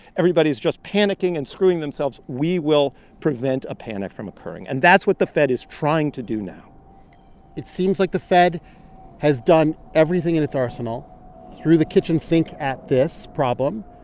everybody's just panicking and screwing themselves. we will prevent a panic from occurring. and that's what the fed is trying to do now it seems like the fed has done everything in its arsenal threw the kitchen sink at this problem.